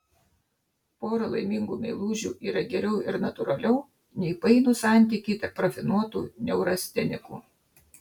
pora laimingų meilužių yra geriau ir natūraliau nei painūs santykiai tarp rafinuotų neurastenikų